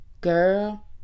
Girl